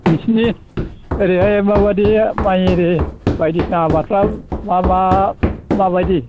नोंसोरनि ओरैहाय माबायदि माइ आरि बायदिसिना आबादफ्रा मा मा माबायदि